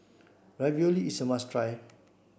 Ravioli is a must try